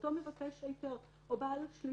אותו מבקש היתר או בעל שליטה,